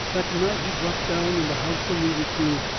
that night he dropped down in the house alluded to,